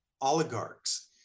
oligarchs